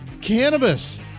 cannabis